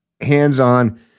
hands-on